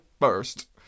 first